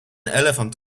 elephant